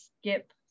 skip